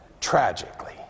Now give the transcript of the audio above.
tragically